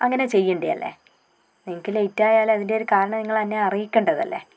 അങ്ങനെ ചെയ്യേണ്ടതല്ലേ നിങ്ങൾക്ക് ലേറ്റ് ആയാൽ അതിൻ്റെ ഒരു കാരണം നിങ്ങൾ എന്നെ അറിയിക്കേണ്ടതല്ലേ